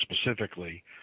specifically